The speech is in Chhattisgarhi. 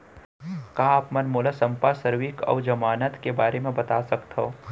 का आप मन मोला संपार्श्र्विक अऊ जमानत के बारे म बता सकथव?